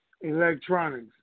electronics